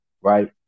right